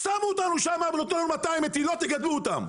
שמו אותנו שמה ונתנו לנו 200 מטילות תגדלו אותם.